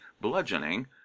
bludgeoning